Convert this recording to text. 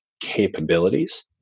capabilities